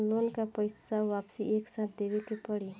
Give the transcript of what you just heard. Loan का पईसा वापिस एक साथ देबेके पड़ी?